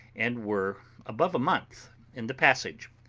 and were above a month in the passage.